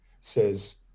says